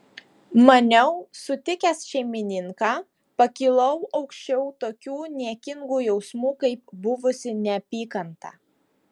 maniau sutikęs šeimininką pakilau aukščiau tokių niekingų jausmų kaip buvusi neapykanta